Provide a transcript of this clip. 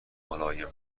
ملایم